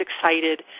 excited